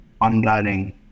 unlearning